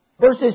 Verses